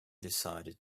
decided